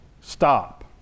stop